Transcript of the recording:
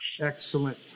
Excellent